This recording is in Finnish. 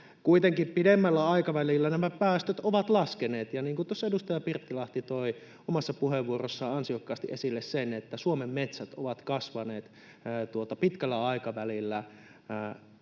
Kuitenkin pidemmällä aikavälillä nämä päästöt ovat laskeneet, niin kuin tuossa edustaja Pirttilahti toi omassa puheenvuorossaan ansiokkaasti esille sen, että Suomen metsät ovat kasvaneet pitkällä aikavälillä